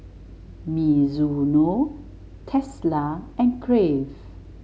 Mizuno Tesla and Crave